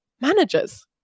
managers